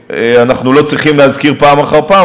אנחנו לא צריכים להזכיר פעם אחר פעם,